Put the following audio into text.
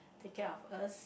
take care of us